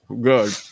Good